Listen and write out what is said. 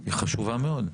היא חשובה מאוד.